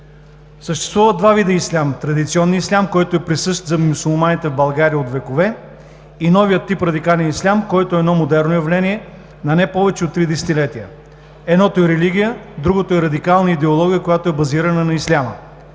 Съществуват два вида ислям – традиционният ислям, който е присъщ за мюсюлманите в България от векове, и новият тип радикален ислям, който е едно модерно явление на не повече от три десетилетия. Едното е религия, другото е радикална идеология, базирана на исляма,